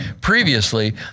previously